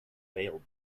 failed